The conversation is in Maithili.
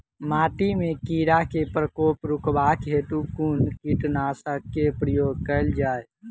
माटि मे कीड़ा केँ प्रकोप रुकबाक हेतु कुन कीटनासक केँ प्रयोग कैल जाय?